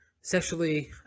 sexually